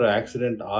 accident